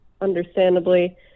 understandably